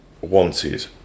wanted